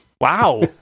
Wow